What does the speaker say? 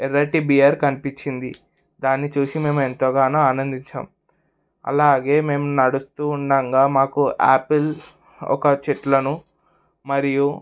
ఎర్రటి బియర్ కనిపించింది దాన్ని చూసి మేము ఎంతో గానో ఆనందించాం అలాగే మేము నడుస్తూ ఉండగా మాకు ఆపిల్ ఒక చెట్లను మరియు